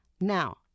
Now